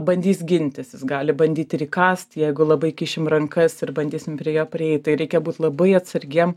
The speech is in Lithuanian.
bandys gintis jis gali bandyt ir įkąst jeigu labai kišim rankas ir bandysim prie jo prieit tai reikia būt labai atsargiem